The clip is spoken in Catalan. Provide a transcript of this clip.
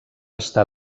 estar